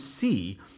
see